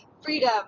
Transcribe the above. freedom